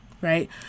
right